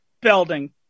Belding